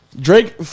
Drake